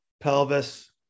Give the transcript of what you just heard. pelvis